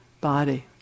body